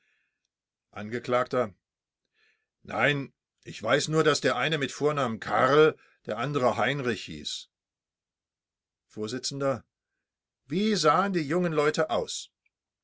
angekl nein ich weiß nur daß der eine mit vornamen karl der andere heinrich hieß vors wie sahen die jungen leute aus